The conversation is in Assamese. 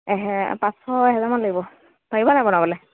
পাঁচশ এহেজাৰমান লাগিব পাৰিব নাই বনাবলৈ